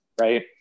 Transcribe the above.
right